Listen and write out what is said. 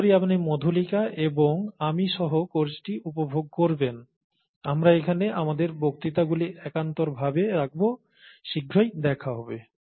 আশা করি আপনি মধুলিকা এবং আমি সহ কোর্সটি উপভোগ করবেন আমরা এখানে আমাদের বক্তৃতা গুলি একান্তর ভাবে রাখব শীঘ্র দেখা হবে